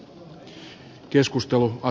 ärade herr talman